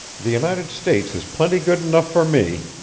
the united states is plenty good enough for me.